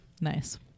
Nice